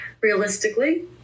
realistically